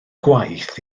gwaith